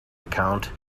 account